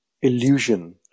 illusion